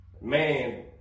man